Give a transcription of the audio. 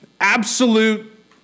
absolute